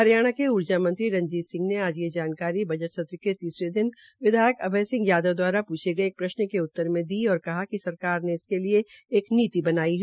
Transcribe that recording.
हरियाणा के ऊर्जा मंत्री रंजीत सिंह ने आज यह जानकारी बजट सत्र के तीसरे दिन अभय यादव द्वारा पूछे गये एक प्रश्न के उत्तर में दी और कहा कि सरकार ने इसके लिए एक नीति बनाई है